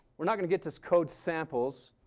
we're not going to get to code samples.